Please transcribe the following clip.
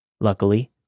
Luckily